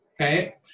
okay